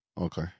Okay